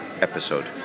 episode